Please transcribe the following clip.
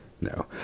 No